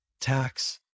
tax